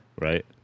Right